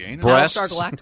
breasts